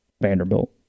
Vanderbilt